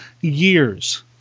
years